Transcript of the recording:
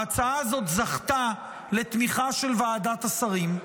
ההצעה הזאת זכתה לתמיכה של ועדת השרים.